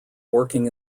working